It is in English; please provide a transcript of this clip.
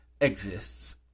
exists